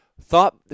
thought